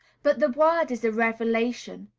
but the word is a revelation,